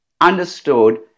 understood